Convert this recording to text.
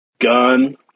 gun